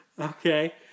Okay